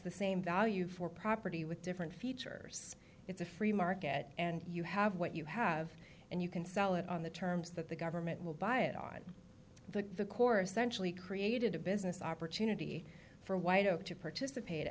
the same value for property with different features it's a free market and you have what you have and you can sell it on the terms that the government will buy it on the core essential he created a business opportunity for white oak to participate